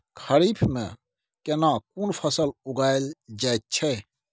खरीफ में केना कोन फसल उगायल जायत छै?